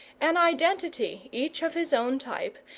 an identity, each of his own type,